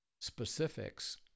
specifics